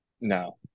no